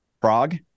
Prague